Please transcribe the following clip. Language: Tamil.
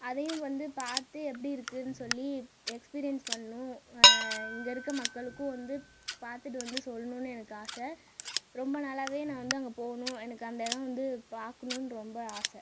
அதையும் வந்து பார்த்து எப்படி இருக்குதுனு சொல்லி எக்ஸ்பீரியன்ஸ் பண்ணனும் இங்கே இருக்க மக்களுக்கும் வந்து பார்த்துட்டு வந்து சொல்லணும்னு எனக்கு ஆசை ரொம்ப நாளாவே நான் வந்து அங்க போகணும்னு எனக்கு அந்த இடம் வந்து பார்க்கணும்னு ரொம்ப ஆசை